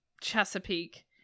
Chesapeake